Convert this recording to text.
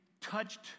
touched